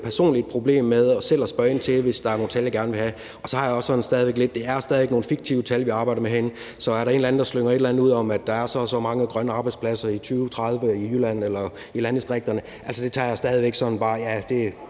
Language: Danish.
personligt et problem med selv at spørge ind til det, hvis der er nogle tal, jeg gerne vil have. Så har jeg det også stadig væk sådan lidt, at det også er nogle fiktive tal, vi arbejder med herinde. Så er der en eller anden, der slynger et eller andet ud om, at der er så og så mange grønne arbejdspladser i 2030 i Jylland eller i landdistrikterne, så tager jeg det stadig væk bare sådan med et: Ja, det